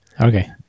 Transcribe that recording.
Okay